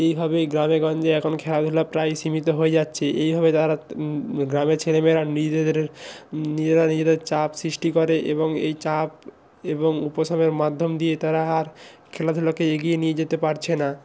এইভাবে গ্রামেগঞ্জে এখন খেলাধুলা প্রায় সীমিত হয়ে যাচ্ছে এইভাবে তারা গ্রামের ছেলে মেয়েরা নিজেদের নিজেরা নিজেদের চাপ সৃষ্টি করে এবং এই চাপ এবং উপশমের মাধ্যম দিয়ে তারা আর খেলাধুলোকে এগিয়ে নিয়ে যেতে পারছে না